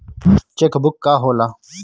Check book का होला?